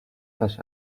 such